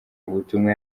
ubutumwa